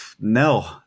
No